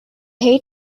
hate